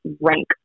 rank